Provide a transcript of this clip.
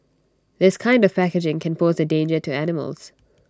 this kind of packaging can pose A danger to animals